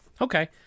Okay